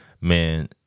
Man